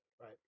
Right